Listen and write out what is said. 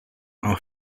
are